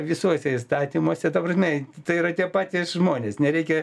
visuose įstatymuose ta prasme tai yra tie patys žmonės nereikia